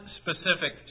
specific